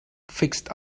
fixed